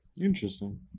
Interesting